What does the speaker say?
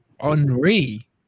Henri